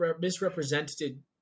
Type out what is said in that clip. misrepresented